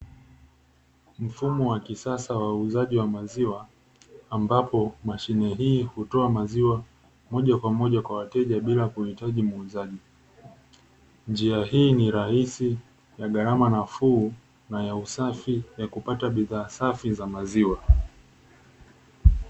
Mfumo wa kisasa wa uuzaji wa maziwa, ambapo mashine hii hutoa maziwa moja kwa moja kwa wateja bila kuhitaji muuzaji, njia hii ni rahisi na gharama nafuu na ya usafi ya kupata bidhaa safi za maziwa.